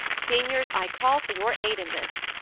seniors, i call for your aid in this.